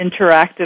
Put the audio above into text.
interactive